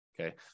okay